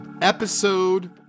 episode